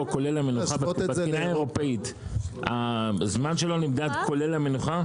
בתקינה האירופאית הזמן שלו נמדד כולל ההמתנה?